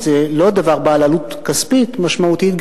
שזה לא דבר בעל עלות כספית משמעותית,